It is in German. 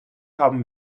haben